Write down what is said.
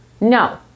No